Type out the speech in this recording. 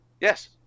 Yes